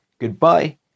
Goodbye